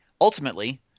Ultimately